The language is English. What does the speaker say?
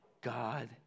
God